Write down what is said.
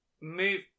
move